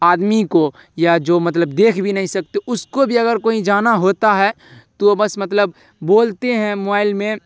آدمی کو یا جو مطلب دیکھ بھی نہیں سکتے اس کو بھی اگر کوہیں جانا ہوتا ہے تو وہ بس مطلب بولتے ہیں موبائل میں